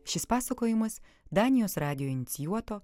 šis pasakojimas danijos radijo inicijuoto